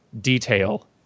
detail